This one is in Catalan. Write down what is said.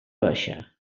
baixa